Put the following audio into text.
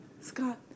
Scott